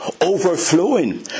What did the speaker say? overflowing